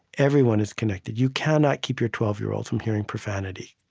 everyone is connected. you cannot keep your twelve year old from hearing profanity.